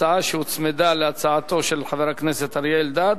הצעה שהוצמדה להצעתו של חבר הכנסת אריה אלדד,